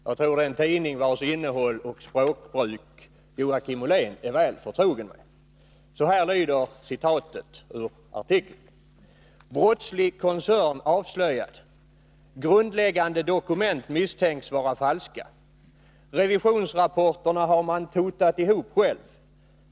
Jag tror att det är en tidning vars innehåll och språkbruk Joakim Ollén är väl förtrogen med. Artikeln har rubriken Brottslig koncern avslöjad, och citatet lyder: ”Grundläggande dokument misstänks vara falska, ——— och revisionsrapporterna har man totat ihop själv.